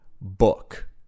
book